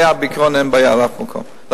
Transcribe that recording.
בעיקרון, אין בעיה לאף אחד.